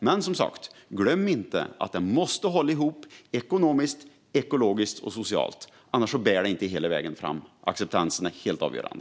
Men som sagt: Glöm inte att det måste hålla ihop ekonomiskt, ekologiskt och socialt! Annars bär det inte hela vägen fram. Acceptansen är helt avgörande.